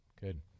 good